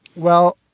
well,